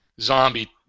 zombie